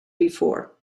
before